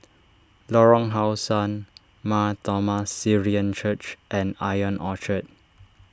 Lorong How Sun Mar Thoma Syrian Church and I on Orchard